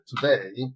today